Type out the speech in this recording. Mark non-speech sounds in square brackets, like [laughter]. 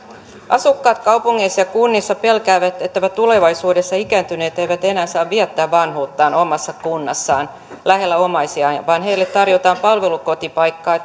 asukkaat kaupungeissa ja kunnissa pelkäävät että tulevaisuudessa ikääntyneet eivät enää saa viettää vanhuuttaan omassa kunnassaan lähellä omaisiaan vaan heille tarjotaan palvelukotipaikkaa [unintelligible]